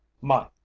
My